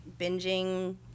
binging